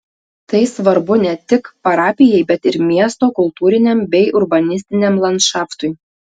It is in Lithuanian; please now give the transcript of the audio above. tai svarbu ne tik parapijai bet ir miesto kultūriniam bei urbanistiniam landšaftui